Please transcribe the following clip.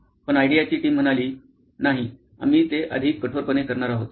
पण आयडियाची टीम म्हणाली नाहीआम्ही ते अधिक कठोरपणे करणार आहोत